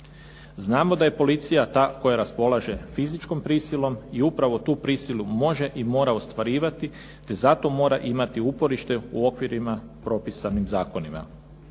Znamo da je policija ta koja raspolaže fizičkom prisilom i upravo tu prisilu može i mora ostvarivati te za to mora imati uporište u okvirima propisanim zakonima.